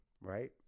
right